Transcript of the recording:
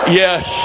yes